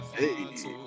hey